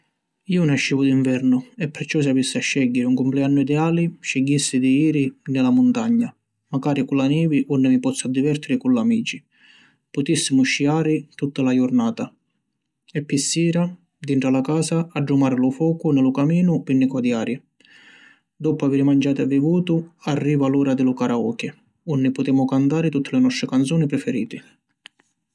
Iu nascivu di nvernu e perciò si avissi a scegghiri un cumpleannu ideali, scigghissi di jiri ni la muntagna, macari cu la nivi unni mi pozzu divertiri cu l’amici. Putissimu sciari tutta la jurnata e pi sira dintra la casa addumari lu focu ni lu caminu pi ni quadiari. Doppu aviri manciatu e vivutu, arriva l’ura di lu karaoke unni putemu cantari tutti li nostri canzuni preferiti.